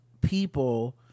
people